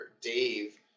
Dave